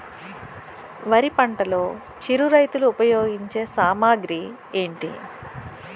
వరి పంటలో చిరు రైతులు ఉపయోగించే సామాగ్రి ఏంటి?